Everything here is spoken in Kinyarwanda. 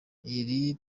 iri